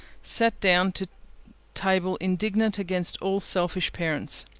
sat down to table indignant against all selfish parents.